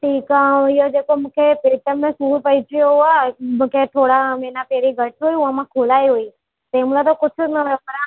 ठीकु आहे ऐं इहो जेको मूंखे पेट में सूर पएजी वियो आहे मूंखे थोरा महिना पहिरीं घटि हुओ ऐं मां खोलाई हुई तंहिं महिल त कुझु न हुयो पर हाणे